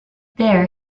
there